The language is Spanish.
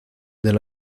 del